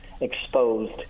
exposed